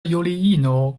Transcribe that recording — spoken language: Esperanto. juliino